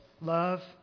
love